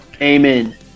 Amen